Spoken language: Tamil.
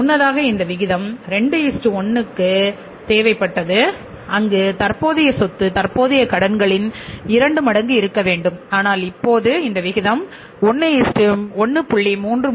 முன்னதாக இந்த விகிதம் 2 1 க்கு தேவைப்பட்டது அங்கு தற்போதைய சொத்து தற்போதைய கடன்களின் 2 மடங்கு இருக்க வேண்டும் ஆனால் இப்போது இந்த விகிதம் 1